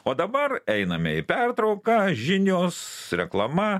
o dabar einame į pertrauką žinios reklama